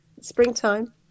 Springtime